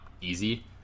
easy